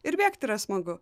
ir bėgt yra smagu